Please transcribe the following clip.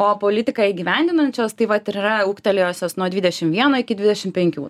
o politiką įgyvendinančios tai vat ir yra ūgtelėjusios nuo dvidešim vieno iki dvideši penkių